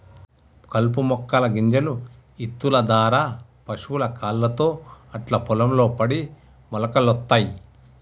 కలుపు మొక్కల గింజలు ఇత్తుల దారా పశువుల కాళ్లతో అట్లా పొలం లో పడి మొలకలొత్తయ్